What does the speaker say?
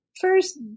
first